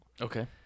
Okay